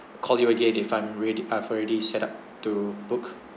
call you again if I'm ready I've already set up to book